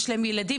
יש להם ילדים,